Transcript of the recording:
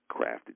crafted